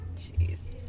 jeez